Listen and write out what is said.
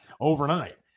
overnight